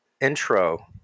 intro